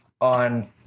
on